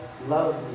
Love